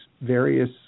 various